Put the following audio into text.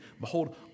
Behold